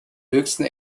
höchsten